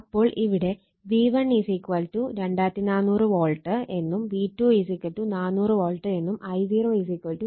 അപ്പോൾ ഇവിടെ V1 2400 volt എന്നും V2 400 വോൾട്ട് എന്നും I0 0